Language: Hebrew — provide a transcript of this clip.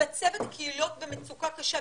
ממצב את הקהילות במצוקה קשה.